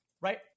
right